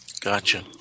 Gotcha